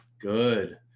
Good